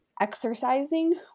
exercising